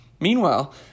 Meanwhile